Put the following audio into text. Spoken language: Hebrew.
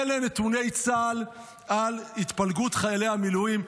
אלה נתוני צה"ל על התפלגות חיילי המילואים.